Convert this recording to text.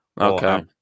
Okay